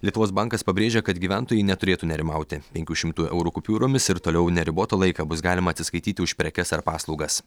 lietuvos bankas pabrėžia kad gyventojai neturėtų nerimauti penkių šimtų eurų kupiūromis ir toliau neribotą laiką bus galima atsiskaityti už prekes ar paslaugas